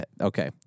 Okay